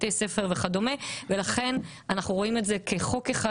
בתי ספר וכדומה ולכן אנחנו רואים את זה כחוק אחד